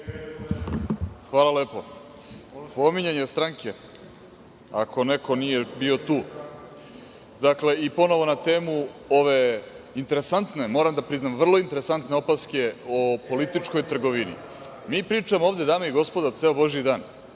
Hvala lepo. Osnov je pominjanje stranke, ako neko nije bio tu. Dakle, ponovo na temu ove interesantne, moram da priznam, vrlo interesantne opaske o političkoj trgovini. Mi pričamo ovde, dame i gospodo, ceo božiji dan